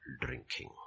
drinking